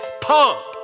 pump